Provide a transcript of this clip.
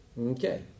Okay